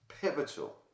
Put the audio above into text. pivotal